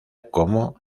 como